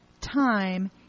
time